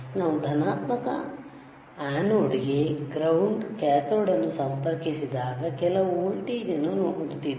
ನಾವು ಧನಾತ್ಮಕ ಆನೋಡ್ ಗೆ ಗ್ರೌಂಡ್ ಕ್ಯಾಥೋಡ್ ಅನ್ನು ಸಂಪರ್ಕಿಸಿದಾಗ ಕೆಲವು ವೋಲ್ಟೇಜ್ ನ್ನು ನೋಡುತ್ತಿದ್ದೇವೆ